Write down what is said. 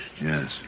Yes